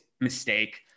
mistake